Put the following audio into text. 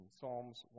Psalms